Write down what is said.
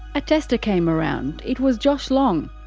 a tester came around. it was josh long.